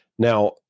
Now